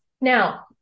Now